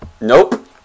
Nope